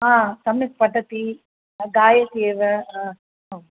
सम्यक् पठति गायति एव ओ